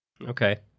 Okay